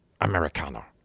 Americano